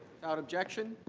without objection?